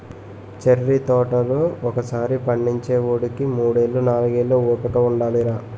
cherry తోటలు ఒకసారి పండించేవోడికి మూడేళ్ళు, నాలుగేళ్ళు ఓపిక ఉండాలిరా